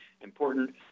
important